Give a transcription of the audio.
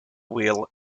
wheel